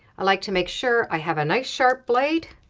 i like to make sure i have a nice sharp blade.